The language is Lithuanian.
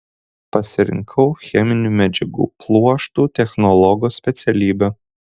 pasirinkau cheminių medžiagų pluoštų technologo specialybę